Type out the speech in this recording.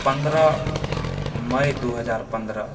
पन्द्रह मइ दू हजार पन्द्रह